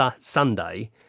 Sunday